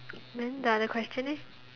then the other question eh